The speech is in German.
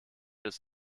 des